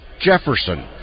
Jefferson